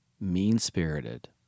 mean-spirited